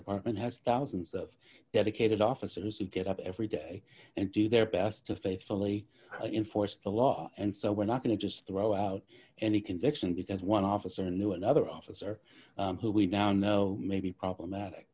department has thousands of dedicated officers who get up every day and do their best to faithfully inforce the law and so we're not going to just throw out any conviction because one officer knew another officer who we now know may be problematic